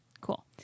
Cool